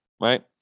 right